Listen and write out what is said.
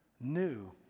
new